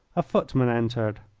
a footman entered.